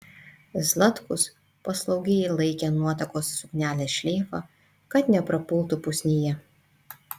zlatkus paslaugiai laikė nuotakos suknelės šleifą kad neprapultų pusnyje